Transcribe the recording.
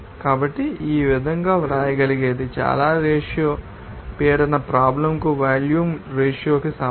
కాబట్టి ఈ విధంగా మీరు వ్రాయగలిగేది చాలా రేషియో పీడన ప్రాబ్లం కు వాల్యూమ్ రేషియో కి సమానం